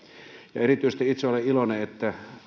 erityisesti olen iloinen että